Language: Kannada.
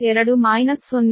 2 0